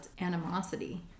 animosity